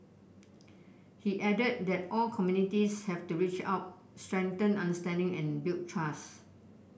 he added that all communities have to reach out strengthen understanding and build trust